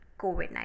COVID